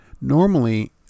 normally